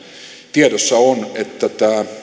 tiedossa on että tämä